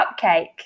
cupcake